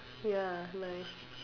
ya like